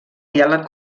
diàleg